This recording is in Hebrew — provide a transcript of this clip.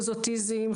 אוטיזם,